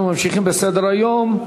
אנחנו ממשיכים בסדר-היום.